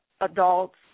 adults